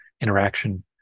interaction